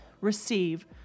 receive